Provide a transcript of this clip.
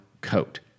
coat